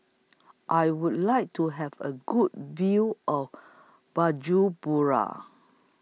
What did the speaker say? I Would like to Have A Good View of Bujumbura